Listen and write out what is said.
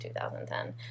2010